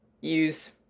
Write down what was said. Use